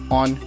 on